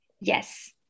Yes